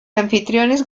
anfitriones